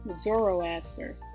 Zoroaster